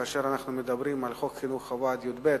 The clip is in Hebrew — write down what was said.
כאשר אנחנו מדברים על חוק חינוך חובה עד י"ב,